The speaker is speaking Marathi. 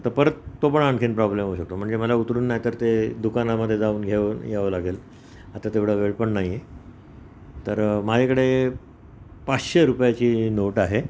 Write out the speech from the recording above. तर परत तो पण आणखीन प्रॉब्लेम होऊ शकतो म्हणजे मला उतरून नाही तर ते दुकानामध्ये जाऊन घेऊन यावं लागेल आता तेवढा वेळ पण नाही आहे तर माझ्याकडे पाचशे रुपयाची नोट आहे